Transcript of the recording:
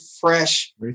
fresh